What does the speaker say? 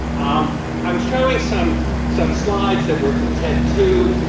um i'm showing some some slides that were from ted two,